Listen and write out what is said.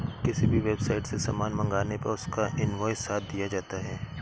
किसी भी वेबसाईट से सामान मंगाने पर उसका इन्वॉइस साथ दिया जाता है